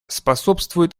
способствует